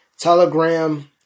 Telegram